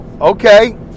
Okay